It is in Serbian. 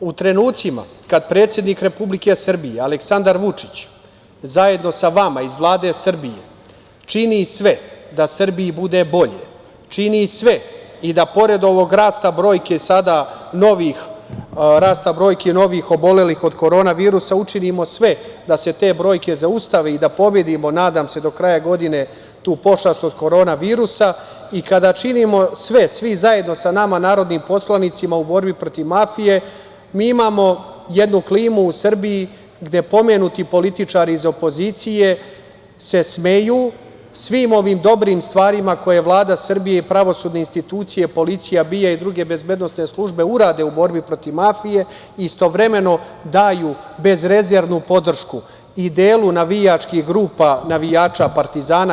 U trenucima kad predsednik Republike Srbije, Aleksandar Vučić, zajedno sa vama iz Vlade Srbije čini sve da Srbiji bude bolje, čini sve i da pored ovog rasta brojki sada novoobolelih od korona virusa učinimo sve da se te brojke zaustave i da pobedimo, nadam se, do kraja godine tu pošast od korona virusa i kada činimo sve svi zajedno sa nama narodnim poslanicima u borbi protiv mafije, mi imamo jednu klimu u Srbiji gde pomenuti političari iz opozicije se smeju svim ovim dobrim stvarima koje Vlada Srbije i pravosudne institucije, policija, BIA i druge bezbednosne službe urade u borbi protiv mafije i istovremeno daju bezrezervnu podršku i delu navijačkih grupa navijača „Partizana“